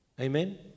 Amen